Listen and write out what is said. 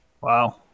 Wow